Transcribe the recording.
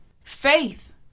faith